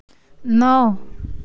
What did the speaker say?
नौ